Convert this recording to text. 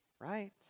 right